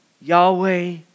Yahweh